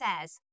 says